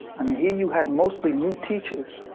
i mean, here you had mostly new teachers,